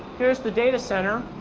here's the data center,